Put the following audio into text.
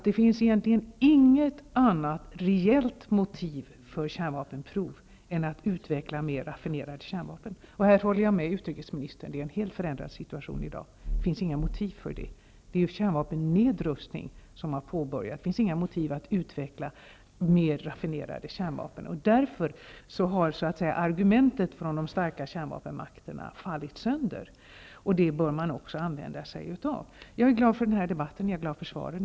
Det finns inget annat reellt motiv för kärnvapenprov än att utveckla mer raffinerade kärnvapen. Jag håller med utrikesministern om att situationen i dag är helt förändrad. Det finns inte längre några motiv för dessa kärnvapenprov. Det har påbörjats en kärnvapennedrustning, och det finns inte några motiv för att utveckla mer raffinerade kärnvapen. Argumentet från de starka kärnvapenmakterna har fallit sönder, och det bör man också använda sig av. Jag är glad för denna debatt, och jag är glad för svaret.